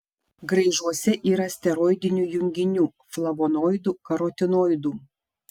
graižuose yra steroidinių junginių flavonoidų karotinoidų